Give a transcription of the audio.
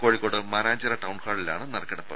കോഴിക്കോട് മാനാഞ്ചിറ ടൌൺഹാളിലാണ് നറുക്കെടുപ്പ്